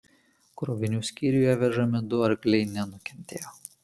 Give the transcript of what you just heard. krovinių skyriuje vežami du arkliai nenukentėjo